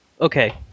okay